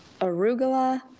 arugula